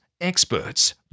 experts